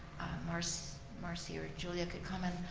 marcie marcie or julia could comment.